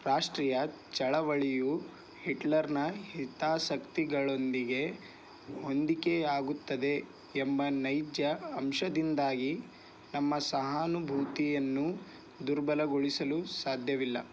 ರಾಷ್ಟ್ರೀಯ ಚಳವಳಿಯು ಹಿಟ್ಲರ್ನ ಹಿತಾಸಕ್ತಿಗಳೊಂದಿಗೆ ಹೊಂದಿಕೆಯಾಗುತ್ತದೆ ಎಂಬ ನೈಜ ಅಂಶದಿಂದಾಗಿ ನಮ್ಮ ಸಹಾನುಭೂತಿಯನ್ನು ದುರ್ಬಲಗೊಳಿಸಲು ಸಾಧ್ಯವಿಲ್ಲ